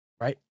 right